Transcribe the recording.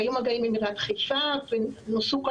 היו מגעים עם עיריית חיפה ונוסו כל